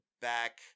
back –